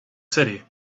city